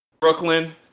Brooklyn